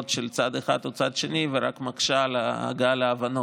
של צד אחד או צד שני ורק מקשה על ההגעה להבנות.